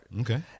Okay